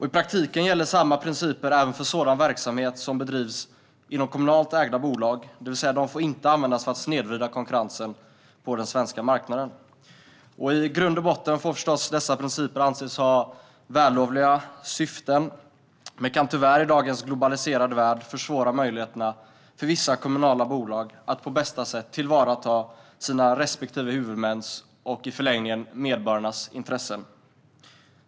I praktiken gäller samma principer även för sådan verksamhet som bedrivs inom kommunalt ägda bolag, det vill säga att de inte får användas för att snedvrida konkurrensen på den svenska marknaden. I grund och botten får förstås dessa principer anses ha vällovliga syften, men i dagens globaliserade värld kan de tyvärr försvåra möjligheterna för vissa kommunala bolag att på bästa sätt tillvarata sina respektive huvudmäns och i förlängningen medborgarnas intressen.